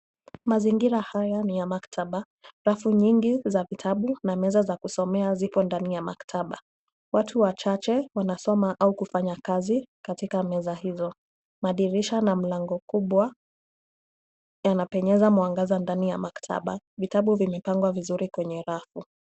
Mazingira haya ni ya maktaba. Rafu nyingi za vitabu na meza za kusomea zipo ndani ya maktaba. Watu wachache wanasoma au kufanya kazi katika meza hizo. Madirisha na mlango kubwa yanapenyeza mwangaza ndani ya maktaba. Vitabu vimepangwa vizuri kwenye rafu.